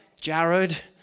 Jared